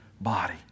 body